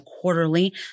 quarterly